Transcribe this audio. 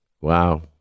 Wow